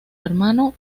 hermano